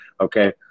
Okay